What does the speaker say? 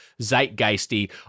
zeitgeisty